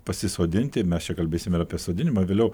pasisodinti mes čia kalbėsime ir apie sodinimą vėliau